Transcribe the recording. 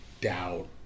doubt